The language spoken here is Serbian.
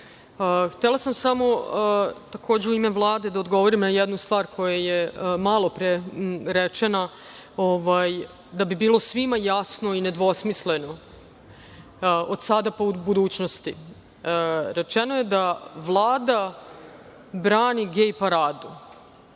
sam samo, takođe u ime Vlade, da odgovorim na jednu stvar koja je malopre rečena, da bi bilo svima jasno i nedvosmisleno od sada pa u budućnosti, rečeno je da Vlada brani „gej paradu“.